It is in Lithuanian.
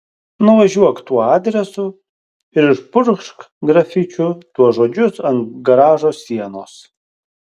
nuvažiuok tuo adresu ir išpurkšk grafičiu tuos žodžius ant garažo sienos